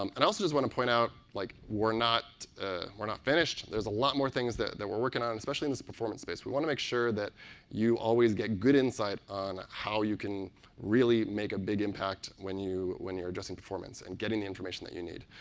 um and i also just want to point out, like we're not we're not finished. there's a lot more things that that we're working on, especially in this performance space. we want to make sure that you always get good insight on how you can really make a big impact when you're just in performance and getting information that you need.